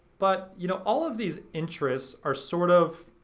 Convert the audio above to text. but you know all of these interests are sort of,